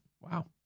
Wow